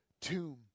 tomb